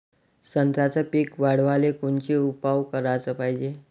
संत्र्याचं पीक वाढवाले कोनचे उपाव कराच पायजे?